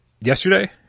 yesterday